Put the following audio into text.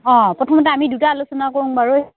অঁ প্ৰথমতে আমি দুটা আলোচনা কৰোঁ বাৰু